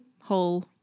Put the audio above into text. whole